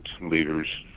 leaders